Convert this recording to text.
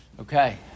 Okay